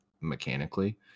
mechanically